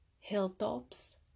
hilltops